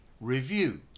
review